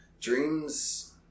Dreams